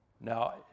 Now